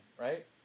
right